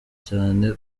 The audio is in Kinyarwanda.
cyane